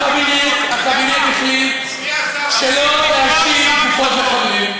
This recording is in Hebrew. הקבינט החליט שלא להשיב גופות מחבלים.